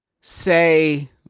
say